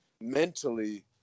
mentally